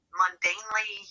mundanely